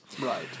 Right